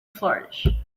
flourish